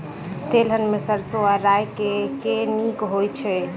तेलहन मे सैरसो आ राई मे केँ नीक होइ छै?